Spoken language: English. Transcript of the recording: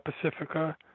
Pacifica